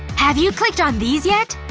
have you clicked on these yet?